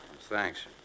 Thanks